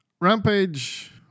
Rampage